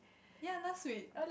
ya last week